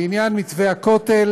בעניין מתווה הכותל